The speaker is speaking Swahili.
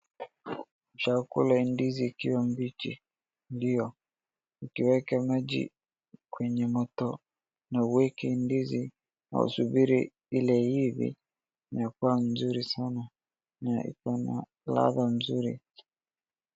Ukishakula hii ndizi ikiwa mbichi ndio ukiweka maji kwenye moto na uweke ndizi, unasubiri ili iive inakuwa nzuri sana na iko na ladha nzuri,